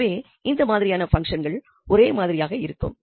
எனவே இந்த மாதிரியான பங்சன்கள் ஒரே மாதிரியாக இருக்கும்